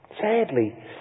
Sadly